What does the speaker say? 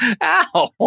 Ow